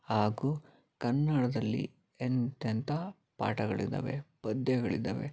ಹಾಗು ಕನ್ನಡದಲ್ಲಿ ಎಂಥೆಂಥ ಪಾಠಗಳಿದ್ದಾವೆ ಪದ್ಯಗಳಿದ್ದಾವೆ